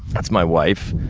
that's my wife,